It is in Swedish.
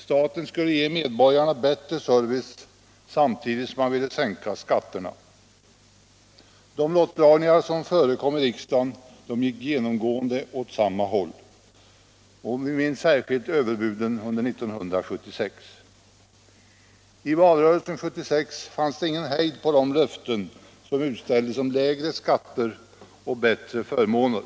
Staten skulle ge medborgarna bättre service samtidigt som man ville sänka skatterna. De lottdragningar som förekom i riksdagen gick genomgående åt samma håll. Vi minns särskilt överbuden under 1976. I valrörelsen 1976 fanns det ingen hejd på de löften som utställdes om lägre skatter och bättre förmåner.